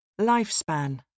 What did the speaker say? Lifespan